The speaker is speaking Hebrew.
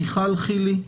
מיכל חילי,